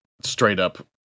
straight-up